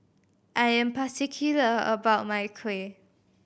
I am particular about my Kuih